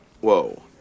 Whoa